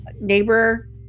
neighbor